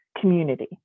community